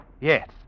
Yes